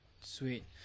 Sweet